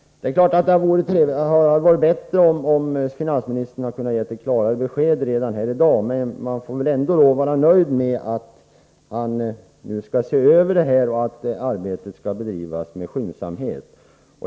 Det är klart att det hade varit bättre om finansministern kunnat ge ett klarare besked redan i dag. Men man får väl ändå vara nöjd med att frågan skall ses över och att arbetet skall bedrivas med skyndsamhet.